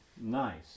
Nice